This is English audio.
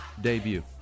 debut